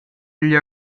igl